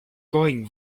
going